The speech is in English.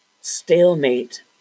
stalemate